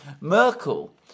Merkel